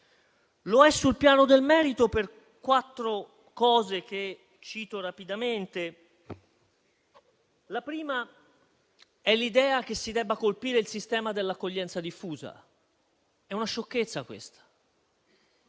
Lo è sul piano del merito per quattro ragioni, che cito rapidamente. La prima è l'idea che si debba colpire il sistema dell'accoglienza diffusa: è una sciocchezza, questa.